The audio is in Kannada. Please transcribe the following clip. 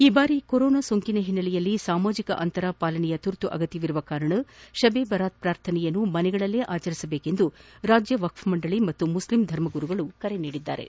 ಈ ಬಾರಿ ಕೊರೊನಾ ಸೋಂಕನ ಹಿನ್ನೆಲೆಯಲ್ಲಿ ಸಾಮಾಜಿಕ ಅಂತರ ಪಾಲನೆಯ ತುರ್ತು ಅಗತ್ಯವಿರುವ ಹಿನ್ನೆಲೆಯಲ್ಲಿ ತಬ್ ಎ ಬರಾತ್ ಪ್ರಾರ್ಥನೆಯನ್ನು ಮನೆಗಳಲ್ಲಿಯೇ ಆಚರಿಸುವಂತೆ ರಾಜ್ಯ ವಕ್ಪ ಮಂಡಳಿ ಮತ್ತು ಮುಸ್ಲಿಮ್ ಧರ್ಮಗುರುಗಳು ಕರೆ ನೀಡಿದ್ದಾರೆ